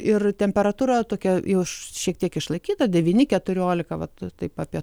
ir temperatūra tokia jau šiek tiek išlaikyta devyni keturiolika vat taip apie